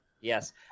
Yes